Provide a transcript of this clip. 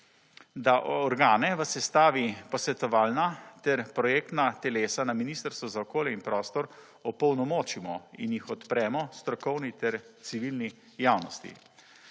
da organe v sestavi posvetovalna ter projektna telesa na Ministrstvu za okolje in prostor opolnomočimo in jih odpremo strokovni ter civilni javnosti.